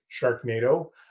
Sharknado